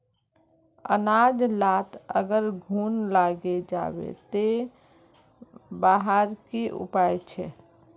अनाज लात अगर घुन लागे जाबे ते वहार की उपाय छे?